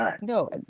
No